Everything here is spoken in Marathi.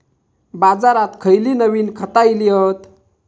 बाजारात खयली नवीन खता इली हत?